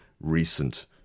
recent